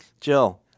Jill